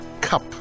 Cup